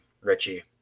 Richie